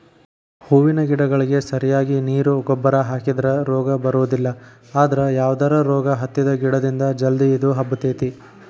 ಹೂವಿನ ಗಿಡಗಳಿಗೆ ಸರಿಯಾಗಿ ನೇರು ಗೊಬ್ಬರ ಹಾಕಿದ್ರ ರೋಗ ಬರೋದಿಲ್ಲ ಅದ್ರ ಯಾವದರ ರೋಗ ಹತ್ತಿದ ಗಿಡದಿಂದ ಜಲ್ದಿ ಇದು ಹಬ್ಬತೇತಿ